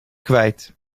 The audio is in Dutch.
kwijt